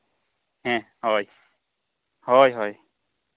ᱦᱮᱸ ᱦᱳᱭ ᱦᱳᱭ ᱦᱳᱭ